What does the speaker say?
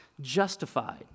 justified